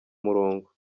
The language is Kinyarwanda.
murongo